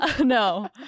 no